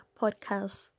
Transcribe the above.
podcast